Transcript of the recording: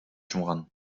жумган